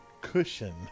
cushion